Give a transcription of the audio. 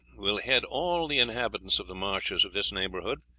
will head all the inhabitants of the marshes of this neighbourhood.